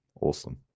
Awesome